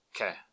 Okay